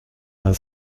vingt